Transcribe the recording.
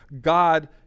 God